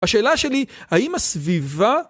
השאלה שלי, האם הסביבה...